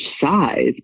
size